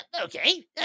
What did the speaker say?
Okay